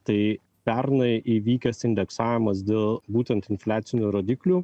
tai pernai įvykęs indeksavimas dėl būtent infliacinių rodiklių